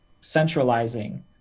centralizing